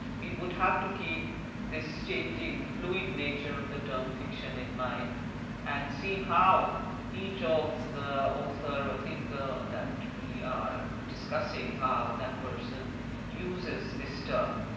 we would have to keep this changing fluid nature of the term fiction in mind and see how each of the author or thinker that we are discussing how that person uses this term.